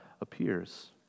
appears